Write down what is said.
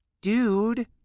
Dude